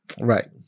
Right